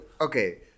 Okay